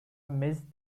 missed